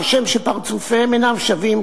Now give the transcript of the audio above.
"כשם שפרצופיהם אינם שווים,